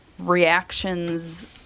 reactions